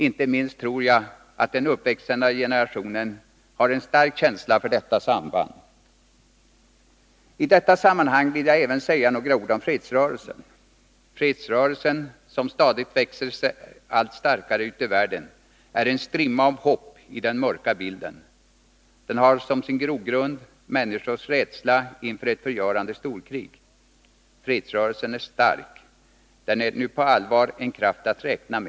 Jag tror att inte minst den uppväxande generationen har en stark känsla för detta samband. I detta sammanhang vill jag även säga några ord om fredsrörelsen. Fredsrörelsen, som stadigt växer sig allt starkare ute i världen, är en strimma av hopp i den mörka bilden. Den har som sin grogrund människors rädsla inför ett förgörande storkrig.